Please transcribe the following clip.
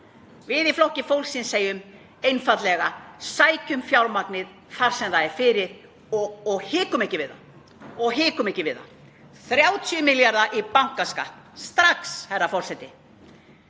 Við í Flokki fólksins segjum einfaldlega: Sækjum fjármagnið þar sem það er fyrir og hikum ekki við það. 30 milljarða í bankaskatt strax, herra forseti.